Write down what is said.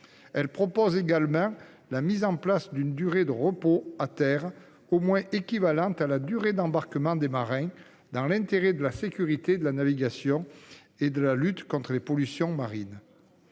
proposé de mettre en place une durée de repos à terre au moins équivalente à la durée d'embarquement des marins, afin d'assurer la sécurité de la navigation et de lutter contre les pollutions marines.